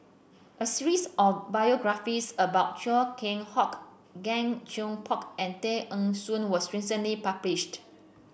a series of biographies about Chia Keng Hock Gan Thiam Poke and Tay Eng Soon was recently published